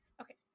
okay